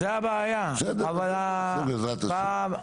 זה בעזרת השם.